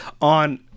on